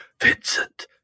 Vincent